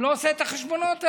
הוא לא עושה את החשבונות האלה.